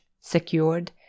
secured